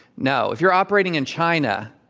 no. if you're operating in china,